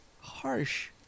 Harsh